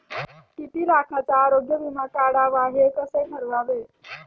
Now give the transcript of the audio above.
किती लाखाचा आरोग्य विमा काढावा हे कसे ठरवावे?